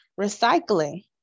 Recycling